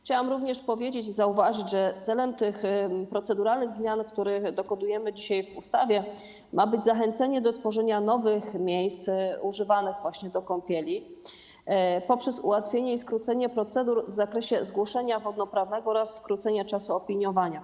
Chciałam także zauważyć, że celem tych proceduralnych zmian, których dokonujemy dzisiaj w ustawie, ma być zachęcenie do tworzenia nowych miejsc wykorzystywanych do kąpieli poprzez ułatwienie i skrócenie procedur w zakresie zgłoszenia wodnoprawnego oraz skrócenia czasu opiniowania.